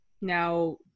now